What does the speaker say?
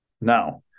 now